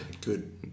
Good